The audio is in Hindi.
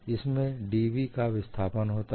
इसमें dv का स्थापन होता है